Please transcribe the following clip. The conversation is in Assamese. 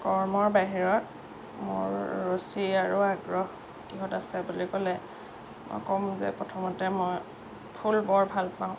কৰ্মৰ বাহিৰত মোৰ ৰুচি আৰু আগ্ৰহ কিহত আছে বুলি ক'লে মই কম যে প্ৰথমতে মই ফুল বৰ ভাল পাওঁ